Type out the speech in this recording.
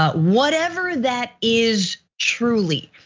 ah whatever that is truly,